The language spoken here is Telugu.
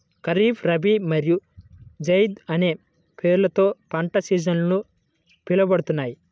ఖరీఫ్, రబీ మరియు జైద్ అనే పేర్లతో పంట సీజన్లు పిలవబడతాయి